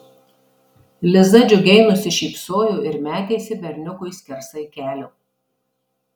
liza džiugiai nusišypsojo ir metėsi berniukui skersai kelio